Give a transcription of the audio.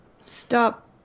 stop